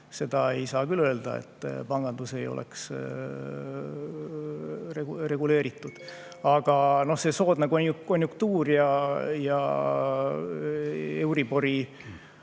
seda ei saa küll öelda, et pangandus ei oleks reguleeritud. Aga see soodne konjunktuur ja euribori